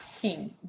King